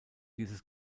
dieses